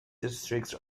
districts